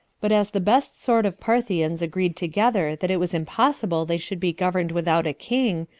but as the best sort of parthians agreed together that it was impossible they should be governed without a king,